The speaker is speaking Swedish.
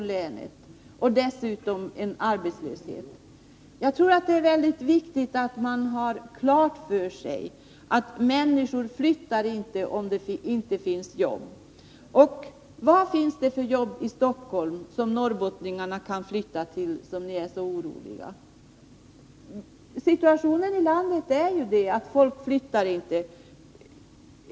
Norrbotten har tvärtom drabbats av arbetslöshet, vilket har fått till följd att det skett en utflyttning ifrån länet. Vad finns det då för jobb i Stockholm som norrbottningar kan ta? Situationen i landet är ju den att folk inte vill flytta.